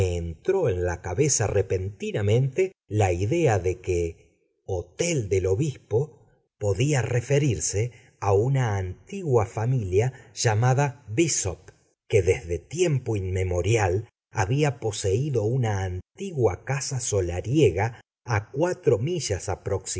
entró en la cabeza repentinamente la idea de que hotel del obispo podía referirse a una antigua familia llamada bessop que desde tiempo inmemorial había poseído una antigua casa solariega a cuatro millas